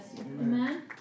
Amen